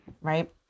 right